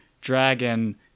Dragon